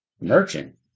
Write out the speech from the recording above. Merchant